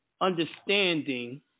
understanding